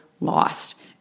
lost